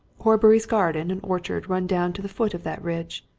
horbury's garden and orchard run down to the foot of that ridge.